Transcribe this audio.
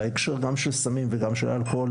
בהקשר של סמים ושל אלכוהול